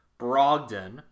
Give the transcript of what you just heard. Brogdon